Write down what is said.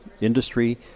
industry